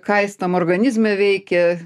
ką jis tam organizme veikia